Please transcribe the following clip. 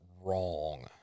wrong